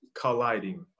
colliding